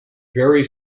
very